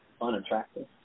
unattractive